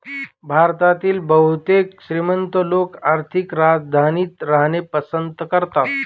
भारतातील बहुतेक श्रीमंत लोक आर्थिक राजधानीत राहणे पसंत करतात